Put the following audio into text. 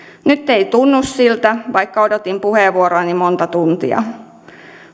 nyt ei tunnu siltä vaikka odotin puheenvuoroani monta tuntia